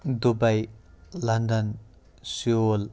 Dubai London Seoul